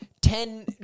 ten